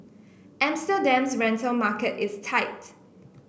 Amsterdam's rental market is tight